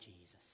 Jesus